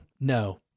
no